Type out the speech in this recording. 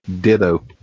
ditto